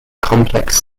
complex